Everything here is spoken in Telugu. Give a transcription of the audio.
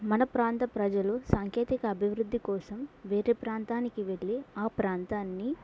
మన ప్రాంత ప్రజలు సాంకేతిక అభివృద్ధి కోసం వేరే ప్రాంతానికి వెళ్ళి ఆ ప్రాంతాన్ని